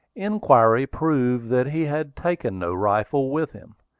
inquiry proved that he had taken no rifle with him.